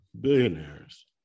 billionaires